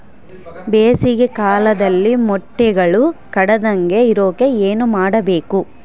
ಬೇಸಿಗೆ ಕಾಲದಲ್ಲಿ ಮೊಟ್ಟೆಗಳು ಕೆಡದಂಗೆ ಇರೋಕೆ ಏನು ಮಾಡಬೇಕು?